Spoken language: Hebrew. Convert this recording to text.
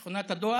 שכונת הדואר.